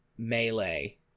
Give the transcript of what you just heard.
Melee